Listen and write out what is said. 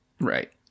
Right